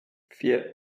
vier